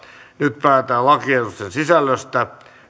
nyt päätetään lakiehdotuksen sisällöstä